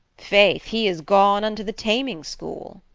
faith, he is gone unto the taming-school.